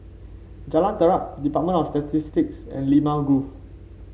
Jalan Terap Department of Statistics and Limau Grove